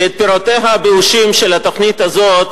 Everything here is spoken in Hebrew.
ואת פירותיה הבאושים של התוכנית הזאת